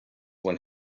when